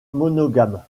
monogame